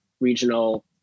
regional